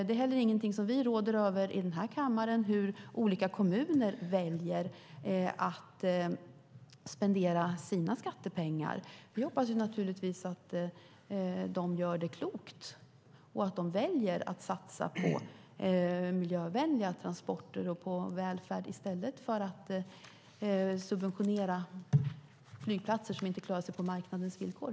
Vi här i kammaren råder inte över hur olika kommuner väljer att spendera sina skattepengar. Vi hoppas naturligtvis att de gör det klokt och väljer att satsa på miljövänliga transporter och välfärd i stället för att subventionera flygplatser som inte klarar sig på marknadens villkor.